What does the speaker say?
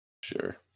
Sure